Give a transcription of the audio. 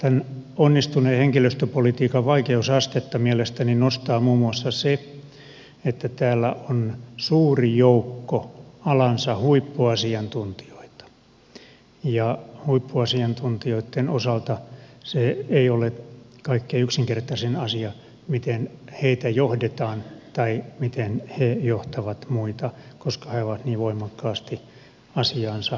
tämän onnistuneen henkilöstöpolitiikan vaikeusastetta mielestäni nostaa muun muassa se että täällä on suuri joukko alansa huippuasiantuntijoita ja huippuasiantuntijoitten osalta se ei ole kaikkein yksinkertaisin asia miten heitä johdetaan tai miten he johtavat muita koska he ovat niin voimakkaasti asiaansa sitoutuneet